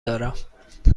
دارم